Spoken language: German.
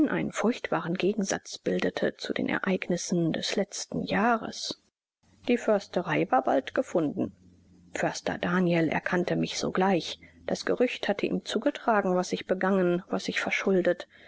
einen furchtbaren gegensatz bildete zu den ereignissen des letzten jahres die försterei war bald gefunden förster daniel erkannte mich sogleich das gerücht hatte ihm zugetragen was ich begangen was ich verschuldet